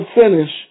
finish